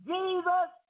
Jesus